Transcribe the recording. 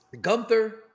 Gunther